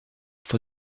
for